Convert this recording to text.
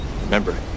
remember